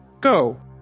Go